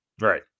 right